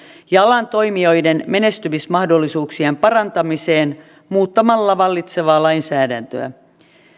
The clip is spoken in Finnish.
ja alan toimijoiden menestymismahdollisuuksien parantamiseen muuttamalla vallitsevaa lainsäädäntöä